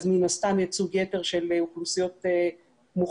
מן הסתם ייצוג יתר של אוכלוסיות מוחלשות